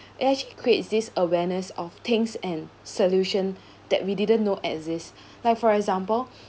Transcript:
they actually creates this awareness of things and solution that we didn't know exist like for example